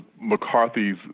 McCarthy's